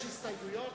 יש הסתייגויות?